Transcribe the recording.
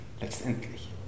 Letztendlich